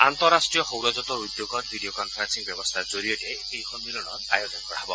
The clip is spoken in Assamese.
আন্তঃৰাষ্ট্ৰীয় সৌৰজোঁটৰ উদ্যোগত ভিডিঅ' কনফাৰেলিং ব্যৱস্থাৰ জৰিয়তে এই সন্মিলনৰ আয়োজন কৰা হ'ব